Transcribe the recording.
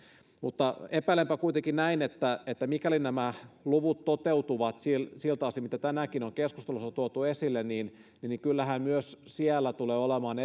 mutta epäilenpä kuitenkin näin että että mikäli nämä luvut toteutuvat siltä siltä osin mitä tänäänkin on on keskustelussa tuotu esille niin kyllähän myös siellä tulee olemaan